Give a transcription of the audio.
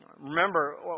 Remember